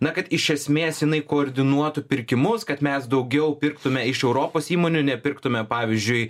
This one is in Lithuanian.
na kad iš esmės jinai koordinuotų pirkimus kad mes daugiau pirktume iš europos įmonių nepirktume pavyzdžiui